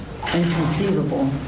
inconceivable